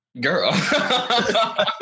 Girl